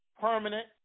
permanent